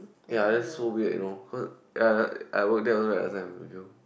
ya that's so weird you know cause ya ya I work there also last time you know